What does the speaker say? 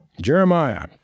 Jeremiah